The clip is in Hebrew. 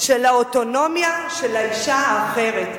לאוטונומיה של האשה, האחרת.